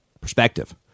perspective